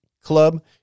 Club